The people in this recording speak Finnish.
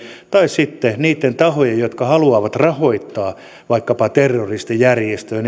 tai sitten niille tahoille jotka haluavat rahoittaa vaikkapa terroristijärjestöä